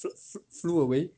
fl~ flew away